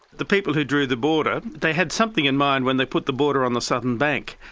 the people who drew the border, they had something in mind when they put the border on the southern bank.